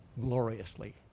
gloriously